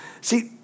See